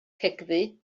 cegddu